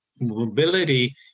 mobility